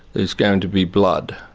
there's going to be blood.